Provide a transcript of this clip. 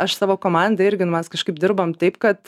aš savo komandą irgi nu mes kažkaip dirbam taip kad